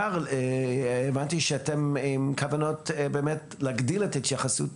הבנתי שאתם עם כוונות להגדיל את ההתייחסות.